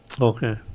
Okay